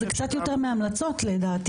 זה קצת יותר מההמלצות לדעתי,